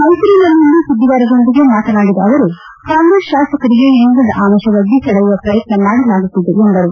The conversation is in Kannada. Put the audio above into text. ಮೈಸೂರಿನಲ್ಲಿಂದು ಸುದ್ದಿಗಾರರೊಂದಿಗೆ ಮಾತನಾಡಿದ ಅವರು ಕಾಂಗ್ರೆಸ್ ಶಾಸಕರಿಗೆ ಇನ್ನಿಲ್ಲದ ಆಮಿಷ ಒಡ್ಡಿ ಸೆಳೆಯುವ ಪ್ರಯತ್ನ ಮಾಡಲಾಗುತ್ತಿದೆ ಎಂದರು